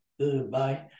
goodbye